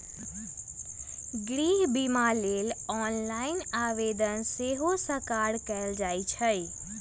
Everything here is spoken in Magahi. गृह बिमा लेल ऑनलाइन आवेदन सेहो सकार कएल जाइ छइ